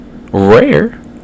rare